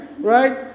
right